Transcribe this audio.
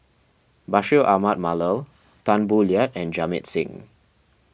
Bashir Ahmad Mallal Tan Boo Liat and Jamit Singh